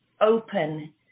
open